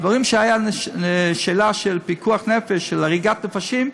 דברים שהיה שאלה של פיקוח נפש, של הריגת נפשות,